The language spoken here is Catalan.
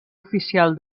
oficial